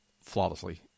flawlessly